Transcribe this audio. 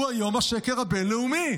יום השקר הבין-לאומי.